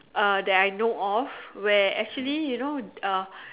uh that I know of where actually you know uh